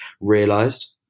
realized